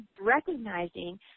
recognizing